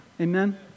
Amen